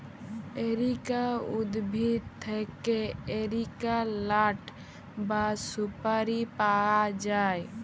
areca উদ্ভিদ থেক্যে areca লাট বা সুপারি পায়া যায়